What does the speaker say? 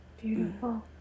Beautiful